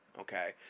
Okay